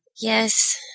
yes